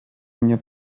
mnie